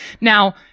now